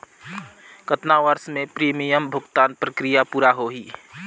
कतना वर्ष मे प्रीमियम भुगतान प्रक्रिया पूरा होही?